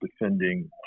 defending